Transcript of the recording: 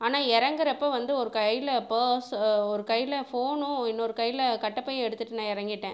ஆனால் இறங்கறப்ப வந்து ஒரு கையில் பர்ஸ் ஒரு கையில் ஃபோனும் இன்னொரு கையில் கட்டப்பையும் எடுத்துட்டு நான் இறங்கிட்டேன்